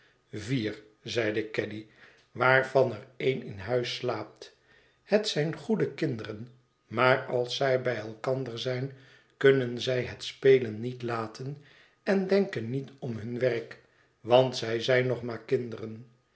zeide caddy waarvan er één in huis slaapt het zijn goede kinderen maar als zij bij elkander zijn kunnen zij het spelen niet laten en denken niet om hun werk want zij zijn nog maar kinderen